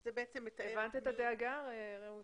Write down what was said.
רעות, הבנת את הדאגה?